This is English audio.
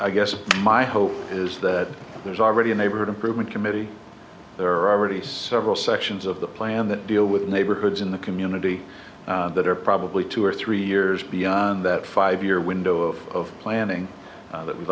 i guess my hope is that there's already a neighborhood improvement committee there are already several sections of the plan that deal with neighborhoods in the community that are probably two or three years beyond that five year window of planning that w